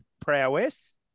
Prowess